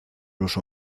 los